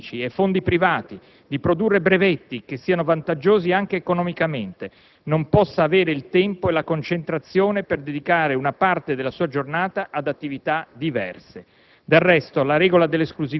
di attrarre fondi pubblici e privati, di produrre brevetti che siano vantaggiosi anche economicamente, non possa avere il tempo e la concentrazione per dedicare una parte della sua giornata ad attività diverse.